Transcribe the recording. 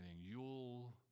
Yule